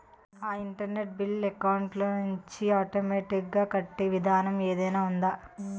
నా internet bill account లోంచి automatic గా కట్టే విధానం ఏదైనా ఉందా?